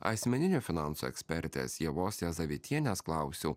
asmeninių finansų ekspertės ievos rezavitienės klausiau